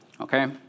okay